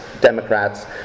Democrats